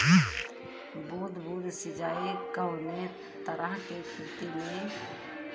बूंद बूंद सिंचाई कवने तरह के खेती में